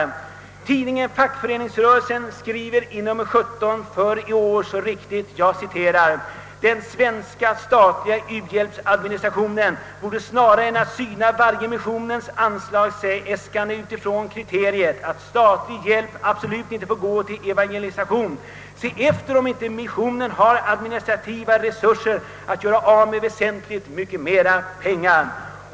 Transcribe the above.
I nr 17 detta år av tidningen Fackföreningsrörelsen skriver man så riktigt: »Den svenska statliga u-hjälpsadministrationen borde snarare än att syna varje missionens anslagsäskande utifrån kriteriet att statlig hjälp absolut inte får gå till evangelisation, se efter om inte missionen har administrativa resurser att göra av med väsentligt mycket mera pengar.